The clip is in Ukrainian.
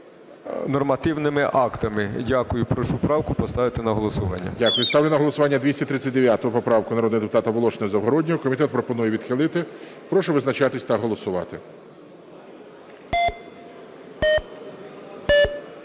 нормативними актами. Дякую. Прошу правку поставити на голосування. ГОЛОВУЮЧИЙ. Дякую. Ставлю на голосування 239 поправку народного депутата Волошина і Загороднього. Комітет пропонує відхилити. Прошу визначатись та голосувати.